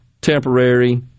temporary